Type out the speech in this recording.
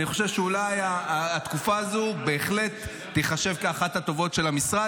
אני חושב שאולי התקופה הזו בהחלט תיחשב לאחת הטובות של המשרד,